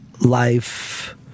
Life